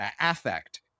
affect